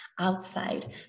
outside